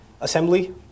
assembly